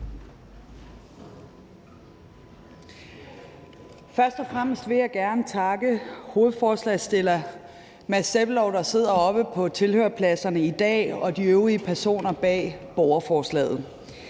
Først og fremmest vil jeg gerne takke hovedforslagsstiller Mads Peter Sebbelov, der sidder oppe på tilhørerpladserne i dag, og de øvrige personer bag borgerforslaget.